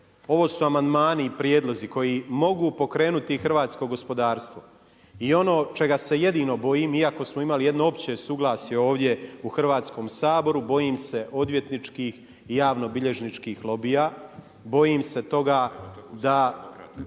Ovo su amandmani i prijedlozi koji mogu pokrenuti hrvatsko gospodarstvo. I ono čega se jedino bojim iako smo imali jedno opće suglasje ovdje u Hrvatskom saboru bojim se odvjetničkih i javnobilježničkih lobija. Bojim se toga da,